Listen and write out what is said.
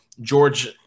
George